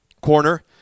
corner